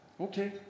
okay